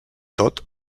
tot